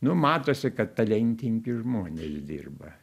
nu matosi kad talentingi žmonės dirba